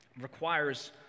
requires